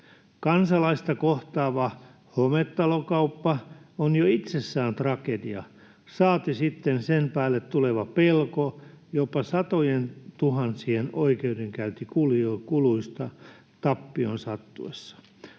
Kansalaista kohtaava hometalokauppa on jo itsessään tragedia, saati sitten sen päälle tuleva pelko jopa satojentuhansien oikeudenkäyntikuluista tappion sattuessa.